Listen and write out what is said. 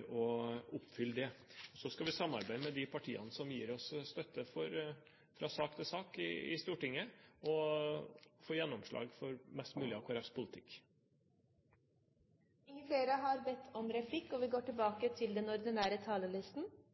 å oppfylle det. Så skal vi samarbeide med de partiene som gir oss støtte fra sak til sak i Stortinget, og få gjennomslag for mest mulig av Kristelig Folkepartis politikk. Replikkordskiftet er omme. På fem minutter rekker man ikke å ta et stort ideologisk oppgjør om